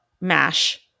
Mash